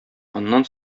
аннан